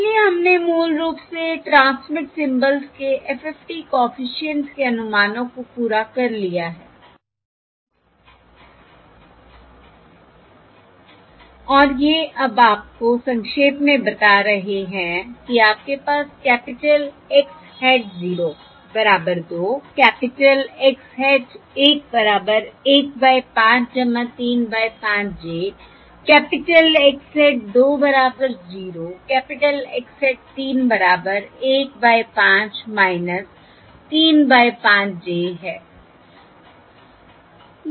इसलिए हमने मूल रूप से ट्रांसमिट सिम्बल्स के FFT कॉफिशिएंट्स के अनुमानों को पूरा कर लिया है और ये अब आपको संक्षेप में बता रहे हैं कि आपके पास कैपिटल X hat 0 बराबर 2 कैपिटल X hat 1 बराबर 1 by 5 3 by 5 j capital X hat 2 बराबर 0 कैपिटल X hat 3 बराबर 1 बाय 5 3 बाय 5 j हैं